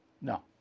No